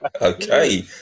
okay